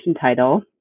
title